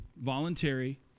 voluntary